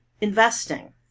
investing